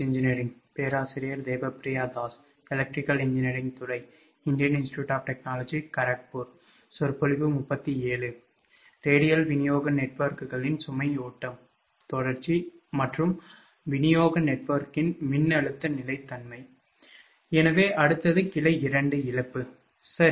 எனவே அடுத்தது கிளை 2 இழப்பு சரி